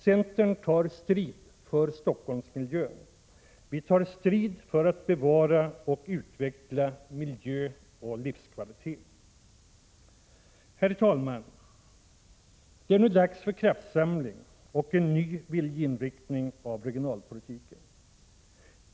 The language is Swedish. Centern tar strid för Stockholmsmiljön. Vi tar strid för att bevara och utveckla miljö och livskvalitet. Herr talman! Det är nu dags för kraftsamling och en ny viljeinriktning av regionalpolitiken.